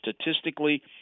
statistically